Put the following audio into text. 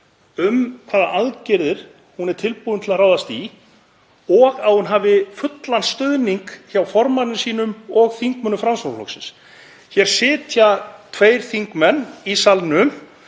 um hvaða aðgerðir hún er tilbúin til að ráðast í og að hún hafi fullan stuðning hjá formanni sínum og þingmönnum Framsóknarflokksins. Hér sitja tveir þingmenn í salnum.